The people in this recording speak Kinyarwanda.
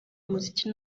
umuziki